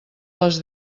les